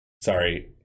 sorry